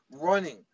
running